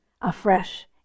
afresh